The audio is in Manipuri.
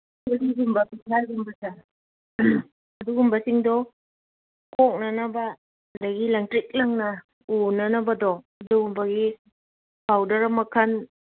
ꯀꯣꯔꯤꯒꯨꯝꯕ ꯄꯤꯊ꯭ꯔꯥꯏꯒꯨꯝꯕꯁꯦ ꯑꯗꯨꯒꯨꯝꯕꯁꯤꯡꯗꯣ ꯀꯣꯛꯅꯅꯕ ꯑꯗꯒꯤ ꯂꯪꯇ꯭ꯔꯤꯛ ꯂꯪꯅ ꯎꯅꯅꯕꯗꯣ ꯑꯗꯨꯒꯨꯝꯕꯒꯤ ꯄꯥꯎꯗꯔ ꯃꯈꯟ